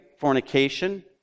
fornication